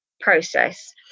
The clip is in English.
process